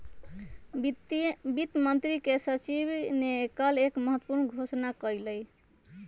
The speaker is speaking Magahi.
वित्त मंत्री के सचिव ने कल एक महत्वपूर्ण घोषणा कइलय